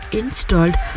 installed